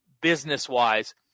business-wise